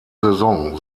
saison